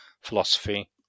philosophy